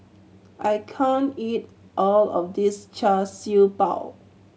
I can't eat all of this Char Siew Bao